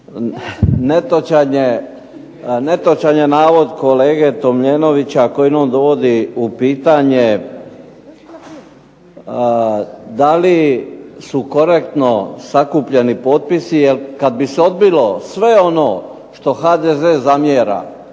Netočan je navod kolege Tomljenovića kojim on dovodi u pitanje da li su korektno sakupljani potpisi, jer kada bi se odbilo sve ono što HDZ zamjera,